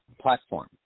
Platform